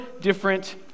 different